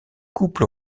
couple